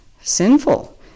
sinful